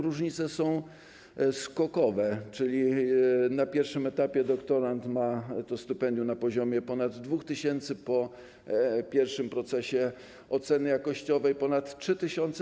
Różnice są skokowe, czyli na pierwszym etapie doktorant otrzymuje stypendium na poziomie ponad 2 tys., po pierwszym procesie oceny jakościowej - ponad 3 tys.